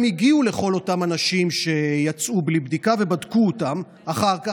הם הגיעו לכל אותם אנשים שיצאו בלי בדיקה ובדקו אותם אחר כך,